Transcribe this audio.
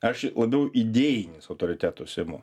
aš labiau idėjinis autoritetus imu